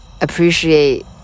Appreciate